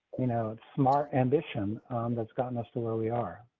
you know, smart ambition that's gotten us to where we are